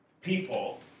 people